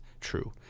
true